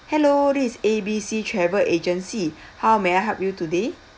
hello this is A B C travel agency how may I help you today